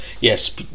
Yes